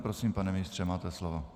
Prosím, pane ministře, máte slovo.